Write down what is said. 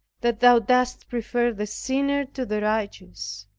that thou dost prefer the sinner to the righteous!